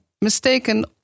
mistaken